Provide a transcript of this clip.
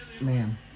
Man